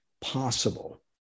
possible